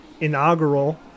inaugural